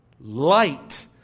light